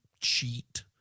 cheat